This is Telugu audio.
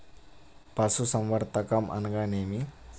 పశుసంవర్ధకం అనగానేమి?